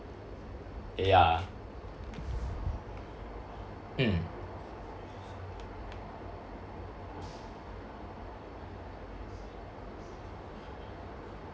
ya mm